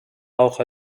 auch